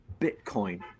Bitcoin